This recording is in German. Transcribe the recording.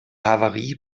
havarie